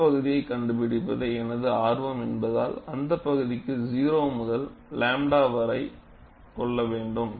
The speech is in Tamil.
இந்த பகுதியைக் கண்டுபிடிப்பதே எனது ஆர்வம் என்பதால் அந்த பகுதிக்கு 0 முதல் 𝝺 வரை கொள்ள வேண்டும்